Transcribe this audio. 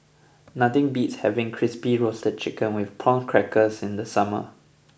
nothing beats having Crispy Roasted Chicken with Prawn Crackers in the summer